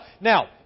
Now